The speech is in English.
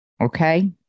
Okay